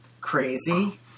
crazy